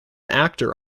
actor